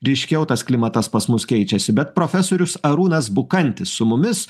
ryškiau tas klimatas pas mus keičiasi bet profesorius arūnas bukantis su mumis